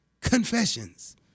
Confessions